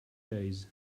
days